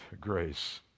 grace